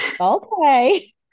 okay